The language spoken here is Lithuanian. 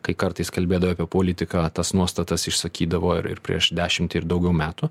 kai kartais kalbėdavo apie politiką tas nuostatas išsakydavo ir ir prieš dešimtį ir daugiau metų